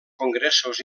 congressos